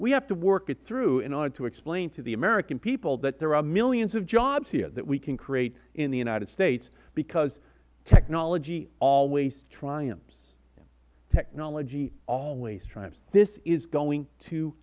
we have to work it through in order to explain to the american people that there are millions of jobs here that we can create in the united states because technology always triumphs technology always triumphs this is going to